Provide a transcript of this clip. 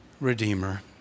redeemer